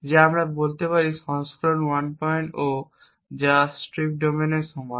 যা আমরা বলতে পারি সংস্করণ 10 যা স্ট্রিপ ডোমেনের সমান